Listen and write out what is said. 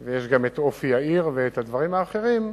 כל הזמן, ויש גם אופי העיר והדברים האחרים.